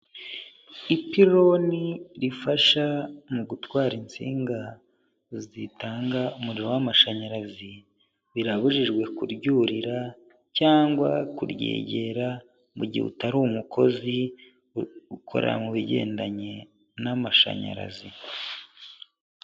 Ipironi rifasha mu gutwara insinga zitanga umuriro w'amashanyarazi, birabujijwe kuryurira cyangwa kuryegera mu gihe utari umukozi ukora mu bigendanye n'amashanyarazi.